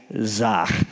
Zach